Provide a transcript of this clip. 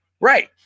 Right